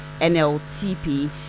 NLTP